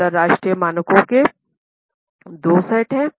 अंतरराष्ट्रीय मानक के 2 सेट हैं